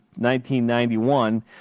1991